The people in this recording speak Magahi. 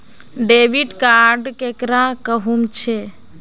डेबिट कार्ड केकरा कहुम छे?